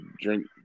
drink